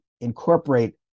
incorporate